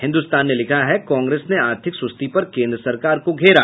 हिन्दुस्तान ने लिखा है कांग्रेस ने आर्थिक सुस्ती पर केंद्र सरकार को घेरा